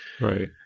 right